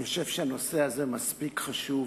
אני חושב שהנושא הזה מספיק חשוב